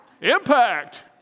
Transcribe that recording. Impact